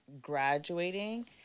graduating